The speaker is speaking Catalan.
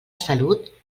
salut